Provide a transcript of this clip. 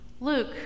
luke